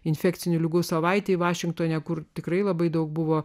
infekcinių ligų savaitei vašingtone kur tikrai labai daug buvo